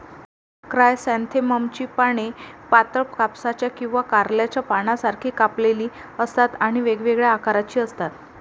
क्रायसॅन्थेममची पाने पातळ, कापसाच्या किंवा कारल्याच्या पानांसारखी कापलेली असतात आणि वेगवेगळ्या आकाराची असतात